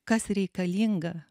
kas reikalinga